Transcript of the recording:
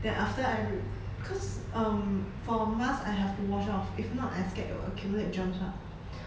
then after I re~ cause um for mask I have to wash off if not I scared it will accumulate gems mah